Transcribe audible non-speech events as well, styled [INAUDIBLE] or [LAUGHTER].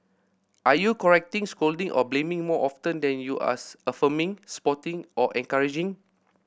are you correcting scolding or blaming more often than you are [UNINTELLIGIBLE] affirming supporting or encouraging